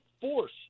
force